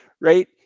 right